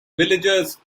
villagers